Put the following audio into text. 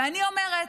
ואני אומרת,